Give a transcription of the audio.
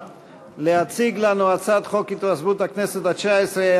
להציג לנו הצעת חוק התפזרות הכנסת התשע-עשרה,